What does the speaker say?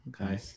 okay